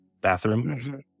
bathroom